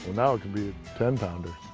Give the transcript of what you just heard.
now it can be a ten pounder.